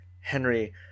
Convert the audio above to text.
Henry